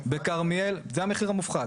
זה המחיר המופחת?